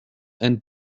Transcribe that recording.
and